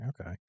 okay